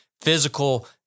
physical